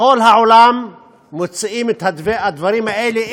בכל העולם מוציאים את הדברים האלה,